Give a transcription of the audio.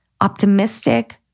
optimistic